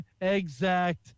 exact